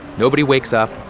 nobody wakes up.